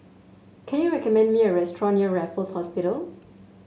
can you recommend me a restaurant near Raffles Hospital